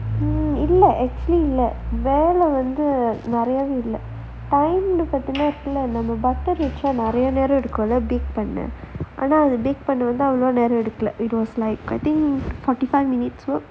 இல்ல இல்ல வேலை வந்து நிறையாவே இல்ல வந்து பாத்தீங்கன்னா வத்த வச்சா நிறையா நேரம் எடுக்குள்ள எடுக்குள்ள:illa illa velai vanthu niraiyaavae illa vanthu paathingannaa vatha vacha nirayaa neram edukkulla bake பண்ண ஆனா பண்ண அவ்ளோ நேரம் எடுக்கல:panna aanaa panna avlo neram edukkala it was like I think